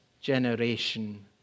generation